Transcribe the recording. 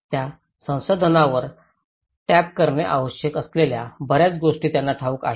त्या संसाधनांवर टॅप करणे आवश्यक असलेल्या बर्याच गोष्टी त्यांना ठाऊक आहेत